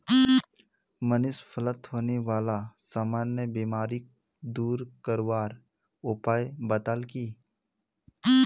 मनीष फलत होने बाला सामान्य बीमारिक दूर करवार उपाय बताल की